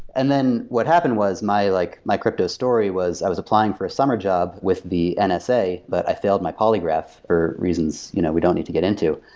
and then, what happened was my like my crypto story was i was applying for a summer job with the and but i failed my polygraph for reasons you know we don't need to get into.